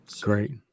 Great